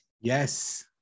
Yes